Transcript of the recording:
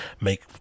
make